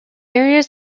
areas